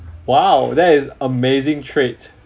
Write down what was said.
!wow! that is amazing trait